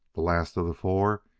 the last of the four,